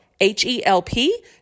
H-E-L-P